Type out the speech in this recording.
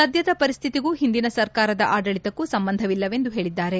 ಸದ್ಯದ ಪರಿಸ್ಥಿತಿಗೂ ಹಿಂದಿನ ಸರ್ಕಾರದ ಆಡಳಿತಕ್ಕೂ ಸಂಬಂಧವಿಲ್ಲವೆಂದು ಹೇಳಿದ್ದಾರೆ